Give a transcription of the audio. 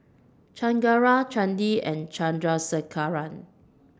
Chengara Chandi and Chandrasekaran